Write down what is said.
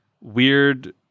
weird